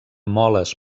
moles